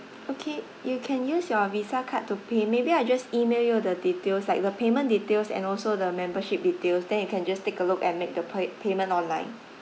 okay you can use your visa card to pay maybe I'll just email you the details like the payment details and also the membership details then you can just take a look and make the pla~ payment online